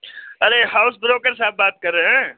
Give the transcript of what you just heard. ارے house broker صاحب بات کر رہے ہیں